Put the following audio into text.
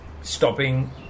stopping